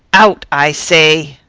out, i say!